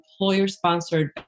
employer-sponsored